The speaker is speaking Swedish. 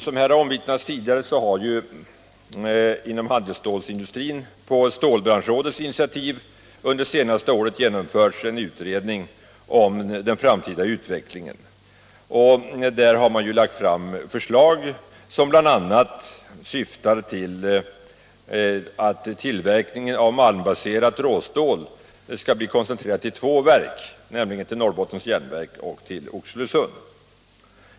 Som här omvittnats tidigare har beträffande handelsstålsindustrin på stålbranschrådets initiativ under det senaste året genomförts en utredning om den framtida utvecklingen, och där har man lagt fram förslag som bl.a. syftar till att tillverkningen av malmbaserat råstål skall koncentreras till två verk, nämligen Norrbottens Järnverk och Oxelösund.